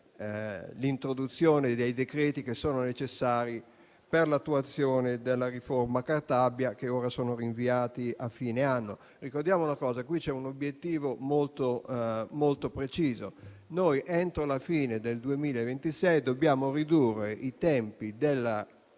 l'introduzione dei decreti che sono necessari per l'attuazione della riforma Cartabia, che ora sono rinviati a fine anno. Ricordiamoci che qui c'è un obiettivo molto preciso: entro la fine del 2026 dobbiamo ridurre i tempi della